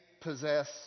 possess